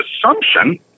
assumption